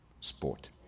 sport